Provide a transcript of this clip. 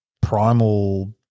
primal